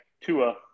Tua